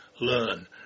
learn